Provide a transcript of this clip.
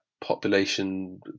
population